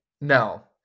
No